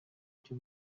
byo